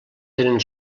tenen